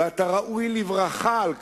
ואתה ראוי לברכה על כך,